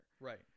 Right